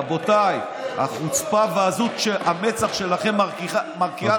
רבותיי: החוצפה ועזות המצח שלכם מרקיעות שחקים.